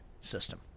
system